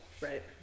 Right